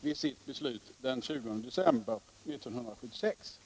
vid sitt beslut den 20 december 1976.